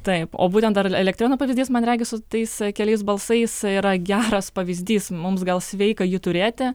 taip o būtent ar elektrėnų pavyzdys man regis su tais keliais balsais yra geras pavyzdys mums gal sveika jį turėti